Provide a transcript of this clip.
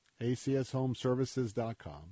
acshomeservices.com